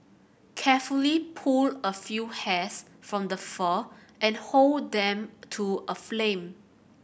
carefully pull a few hairs from the fur and hold them to a flame